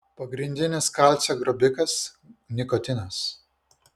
pagrindinis kalcio grobikas nikotinas